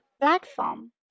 platform